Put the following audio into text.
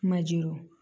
मजिओ